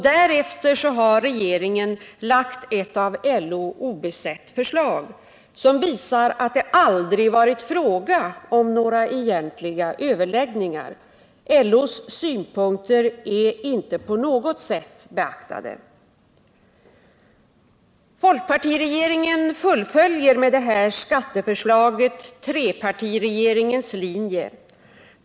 Därefter har regeringen lagt ett av LO obesett förslag, som visar att det aldrig varit fråga om några egentliga överläggningar. LO:s synpunkter är inte på något sätt beaktade. Folkpartiregeringen fullföljer med det här skatteförslaget trepartiregeringens linje.